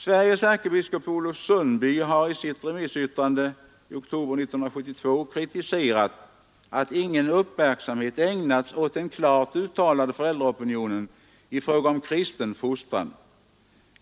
Sveriges ärkebiskop Olof Sundby har i sitt remissyttrande i oktober 1972 kritiserat, att ingen uppmärksamhet ägnats åt den klart uttalade föräldraopinionen i fråga om kristen fostran.